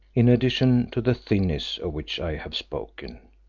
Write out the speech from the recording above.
in addition to the thinness of which i have spoken,